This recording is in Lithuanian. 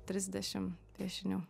trisdešim piešinių